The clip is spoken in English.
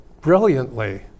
brilliantly